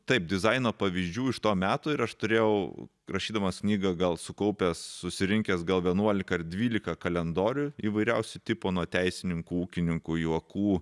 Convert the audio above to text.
taip dizaino pavyzdžių iš to meto ir aš turėjau rašydamas knygą gal sukaupęs susirinkęs gal vienuolika ar dvylika kalendorių įvairiausių tipų nuo teisininkų ūkininkų juokų